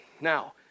Now